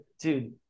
dude